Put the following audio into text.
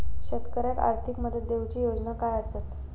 शेतकऱ्याक आर्थिक मदत देऊची योजना काय आसत?